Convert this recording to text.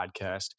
podcast